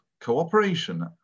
cooperation